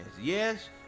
Yes